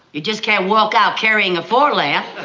you just can't walk out carrying a phar lap.